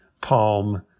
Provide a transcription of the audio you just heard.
palm